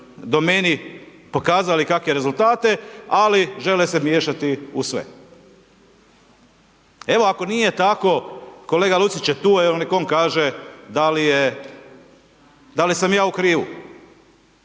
domeni, pokazali kakve rezultate, ali žele se miješati u sve. Evo, ako nije tako, kolega Lucić je tu, neka on kaže, da li sam ja u krivu.